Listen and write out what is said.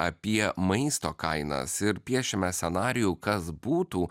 apie maisto kainas ir piešime scenarijų kas būtų